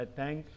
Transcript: thank